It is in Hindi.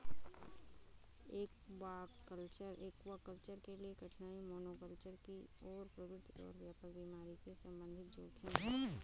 एक्वाकल्चर के लिए कठिनाई मोनोकल्चर की ओर प्रवृत्ति और व्यापक बीमारी के संबंधित जोखिम है